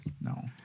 no